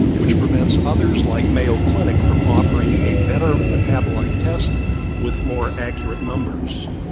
which prevents others like mayo clinic from offering a better metabolite test with more accurate numbers,